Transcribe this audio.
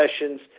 sessions